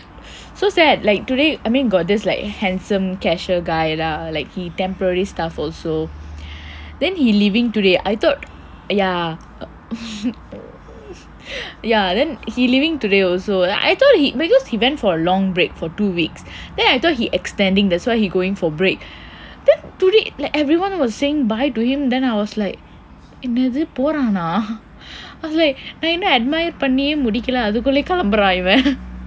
so sad like today I mean got this like handsome cashier guy lah like he temporary staff also then he leaving today I thought ya ya then he leaving today also I thought he because he went for a long break for two weeks then I thought he extending that's why he going for break then today like everyone was saying bye to him then I was like என்னது போறானா:ennathu poraanaa I was like நான் என்ன:naan enna admire பண்ணியே முடிக்கல அதுக்குள்ள கிளம்பிரான் இவன்:panniye mudikkala athukkulla kilambraan ivan